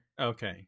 Okay